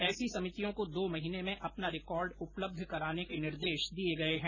ऐसी समितियों को दो महीने में अपना रिकॉर्ड उपलब्ध कराने के निर्देश दिए गए हैं